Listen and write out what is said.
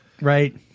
Right